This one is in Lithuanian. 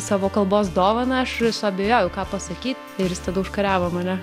savo kalbos dovaną aš suabejojau ką pasakyt ir jis tada užkariavo mane